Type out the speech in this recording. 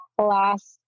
last